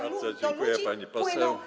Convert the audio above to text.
Bardzo dziękuję, pani poseł.